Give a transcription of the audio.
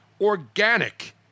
organic